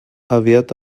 aviat